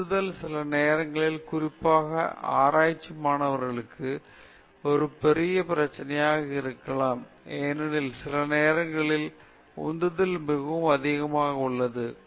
உந்துதல் சில நேரங்களில் குறிப்பாக ஆராய்ச்சி மாணவர்களுக்கு ஒரு பெரிய பிரச்சனையாக இருக்கலாம் ஏனெனில் சிலநேரங்களில் உந்துதல் மிகவும் அதிகமாக உள்ளது சில நேரங்களில் உந்துதல் மிதமானதாக இருக்கும் சிலநேரங்களில் உந்துதல் மிகக் குறைந்தது